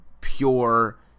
pure